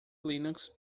linux